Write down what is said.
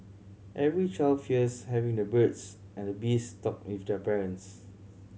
every child fears having the birds and the bees talk with their parents